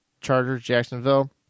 Chargers-Jacksonville